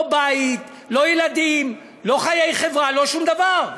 לא בית, לא ילדים, לא חיי חברה, לא שום דבר.